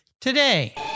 today